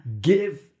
give